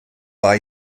war